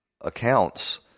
accounts